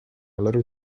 little